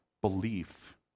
belief